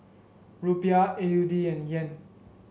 Rupiah A U D and Yen